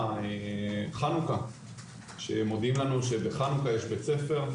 חנוכה שמודיעים לנו שבחנוכה יש בית ספר,